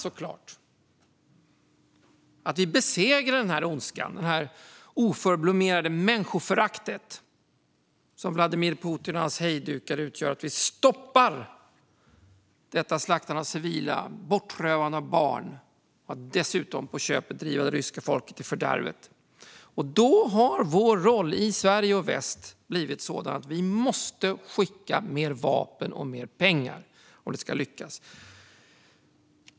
Det handlar om att vi besegrar den ondska och det oförblommerade människoförakt som Vladimir Putin och hans hejdukar utgör och om att vi stoppar slaktandet av civila och bortrövandet av barn, som dessutom på köpet driver det ryska folket i fördärvet. Då har vår roll i Sverige och väst blivit sådan att vi måste skicka mer vapen och mer pengar om detta ska lyckas.